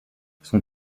son